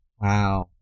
Wow